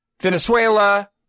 Venezuela